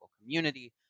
community